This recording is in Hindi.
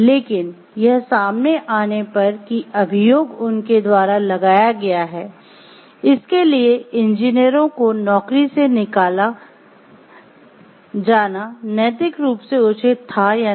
लेकिन यह सामने आने पर कि यह अभियोग उनके द्वारा लगाया गया है इसके लिए इंजीनियरों को नौकरी से निकाला जाना नैतिक रूप से उचित था या नहीं